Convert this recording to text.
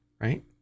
right